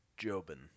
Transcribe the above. Jobin